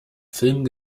film